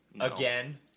again